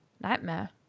Nightmare